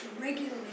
regularly